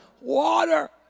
water